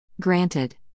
Granted